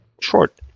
short